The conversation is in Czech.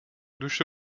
duše